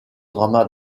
drama